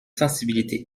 sensibilité